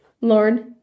Lord